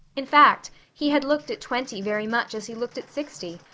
in fact, he had looked at twenty very much as he looked at sixty,